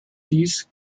dies